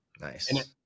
Nice